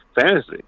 fantasy